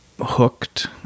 hooked